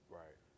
right